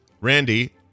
Randy